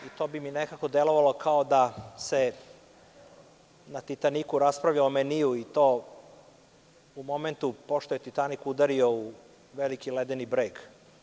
I to bi mi nekako delovalo kao da se na Titaniku raspravlja o meniju i to u momentu pošto je Titanik udario u veliki ledeni breg.